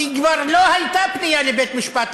כי כבר לא הייתה פנייה לבית-משפט,